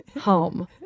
home